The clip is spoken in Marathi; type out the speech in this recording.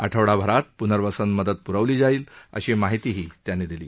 आठवडाभरात पुनर्वसन मदत पुरवली जाईल अशी माहितीही त्यांनी दिली